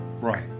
right